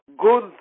good